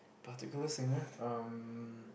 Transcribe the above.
particularly singer um